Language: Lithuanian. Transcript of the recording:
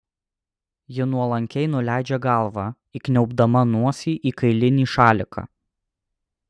ji nuolankiai nuleidžia galvą įkniaubdama nosį į kailinį šaliką